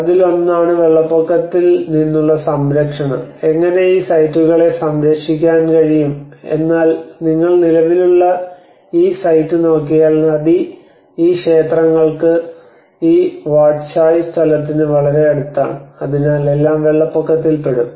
അതിലൊന്നാണ് വെള്ളപ്പൊക്കത്തിൽ നിന്നുള്ള സംരക്ഷണം എങ്ങനെ ഈ സൈറ്റുകളെ സംരക്ഷിക്കാൻ കഴിയും എന്നാൽ നിങ്ങൾ നിലവിലുള്ള ഈ സൈറ്റ് നോക്കിയാൽ നദി ഈ ക്ഷേത്രങ്ങൾക്ക് ഈ വാട്ട് ചായ് സ്ഥലത്തിന് വളരെ അടുത്താണ് അതിനാൽ എല്ലാം വെള്ളപ്പൊക്കത്തിൽ പെടും